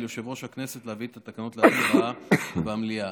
על יושב-ראש הכנסת להביא את התקנות להצבעה במליאה.